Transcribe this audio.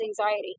anxiety